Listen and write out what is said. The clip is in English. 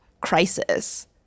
crisis